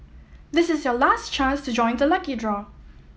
this is your last chance to join the lucky draw